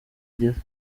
igeze